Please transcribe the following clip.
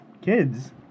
Kids